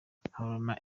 habarurema